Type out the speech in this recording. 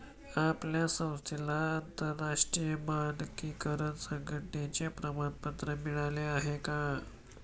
आपल्या संस्थेला आंतरराष्ट्रीय मानकीकरण संघटने चे प्रमाणपत्र मिळाले आहे का?